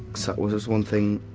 it's that, well, there's one thing,